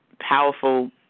powerful